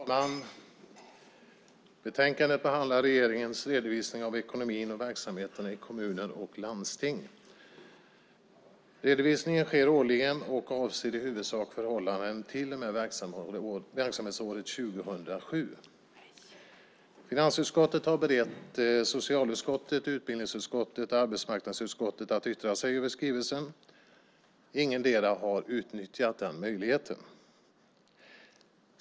Fru talman! Betänkandet behandlar regeringens redovisning av ekonomin och verksamheterna i kommuner och landsting. Redovisningen sker årligen och avser i huvudsak förhållandena till och med verksamhetsåret 2007. Finansutskottet har berett socialutskottet, utbildningsutskottet och arbetsmarknadsutskottet tillfälle att yttra sig över skrivelsen. Ingendera har utnyttjat den möjligheten.